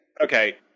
okay